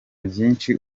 vyinshi